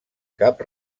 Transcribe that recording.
cap